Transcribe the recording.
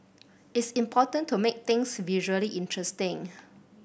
it's important to make things visually interesting